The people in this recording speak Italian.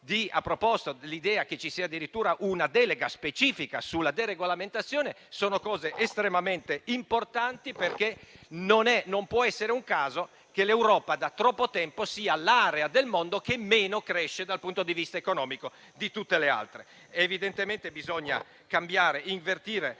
ha proposto l'idea che ci sia addirittura una delega specifica sulla deregolamentazione. Sono cose estremamente importanti, perché non può essere un caso che l'Europa da troppo tempo sia l'area del mondo che meno cresce dal punto di vista economico rispetto a tutte le altre. Evidentemente bisogna cambiare, invertire